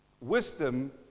Wisdom